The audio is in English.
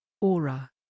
Aura